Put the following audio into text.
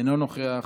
אינו נוכח,